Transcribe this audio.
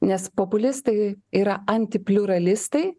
nes populistai yra anti pliuralistai